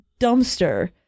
dumpster